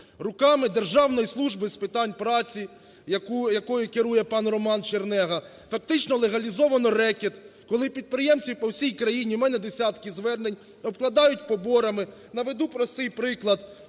руками Державної служби з питань праці, якою керує пан РоманЧернега, фактично легалізовано рекет, коли підприємців по всій країні, у мене десятки звернень, обкладають поборами. Наведу простий приклад.